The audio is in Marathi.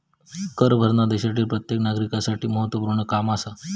कर भरना देशातील प्रत्येक नागरिकांसाठी महत्वपूर्ण काम आसा